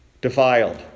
defiled